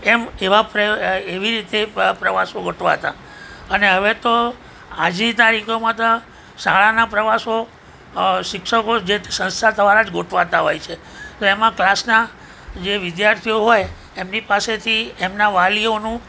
એમ એવા એવી રીતે પ્રવાસો ગોઠવાતા અને હવે તો આજની તારીખોમાં તો શાળાના પ્રવાસો શિક્ષકો જે તે સંસ્થા દ્વારા જ ગોઠવાતા હોય છે તો એમા ક્લાસના જે વિધાર્થીઓ હોય એમની પાસેથી એમનાં વાલીઓનું